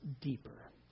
deeper